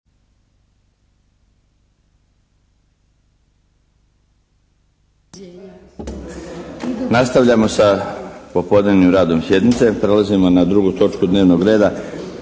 Nastavljamo sa popodnevnim radom sjednice. Prelazimo na drugu točku dnevnog reda